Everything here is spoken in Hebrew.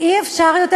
אי-אפשר יותר,